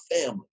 family